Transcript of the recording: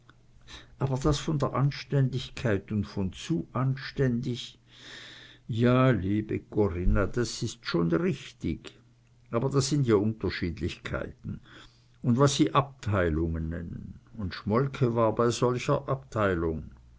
aber das von der anständigkeit und von zu anständig ja liebe corinna das is schon richtig aber da sind ja unterschiedlichkeiten und was sie abteilungen nennen und schmolke war bei solcher abteilung